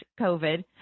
covid